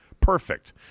Perfect